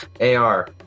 AR